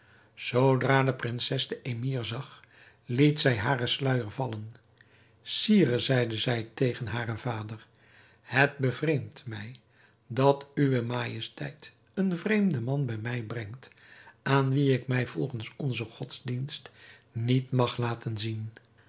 zoodra de prinses den emir zag liet zij haren sluijer vallen sire zeide zij tegen haren vader het bevreemdt mij dat uwe majesteit een vreemden man bij mij brengt aan wien ik mij volgens onzen godsdienst niet mag laten zien